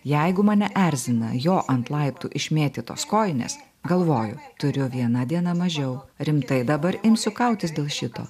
jeigu mane erzina jo ant laiptų išmėtytos kojinės galvoju turiu viena diena mažiau rimtai dabar imsiu kautis dėl šito